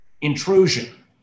intrusion